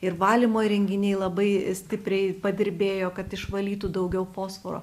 ir valymo įrenginiai labai stipriai padirbėjo kad išvalytų daugiau fosforo